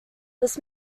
this